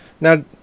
Now